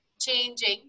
changing